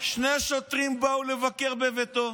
שני שוטרים באו לבקר בביתו,